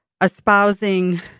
espousing